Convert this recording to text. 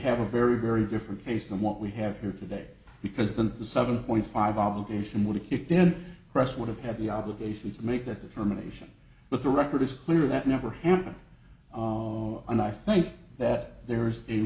have a very very different case than what we have here today because then the seven point five obligation would have kicked in press would have had the obligation to make that determination but the record is clear that never happened and i think that there is a